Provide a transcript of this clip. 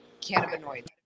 cannabinoids